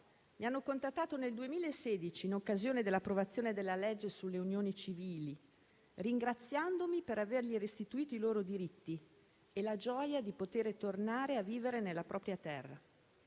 Mi hanno contattata nel 2016 in occasione dell'approvazione della legge sulle unioni civili, ringraziandomi per avergli restituito i loro diritti e la gioia di poter tornare a vivere nella propria terra,